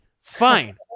Fine